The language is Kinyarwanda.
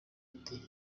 ati